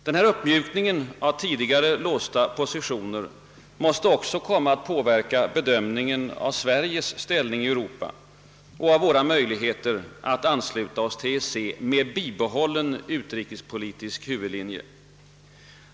Denna uppmjukning av tidigare låsta positioner måste också komma att påverka bedömningen av Sveriges ställning i Europa och våra möjligheter att ansluta oss till EEC med bibehållen utrikespolitisk huvudlinje.